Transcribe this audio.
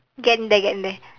getting there getting there